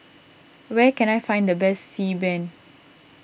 where can I find the best Xi Ban